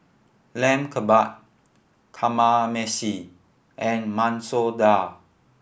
Lamb Kebab Kamameshi and Masoor Dal